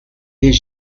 tes